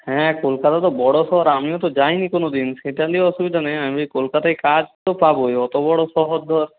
হ্যাঁ কলকাতা তো বড়ো শহর আমিও তো যাই নি কোনো দিন সেটা লিয়ে অসুবিধা নেই আমি বলছি কলকাতায় কাজ তো পাবোই অত বড়ো শহর ধর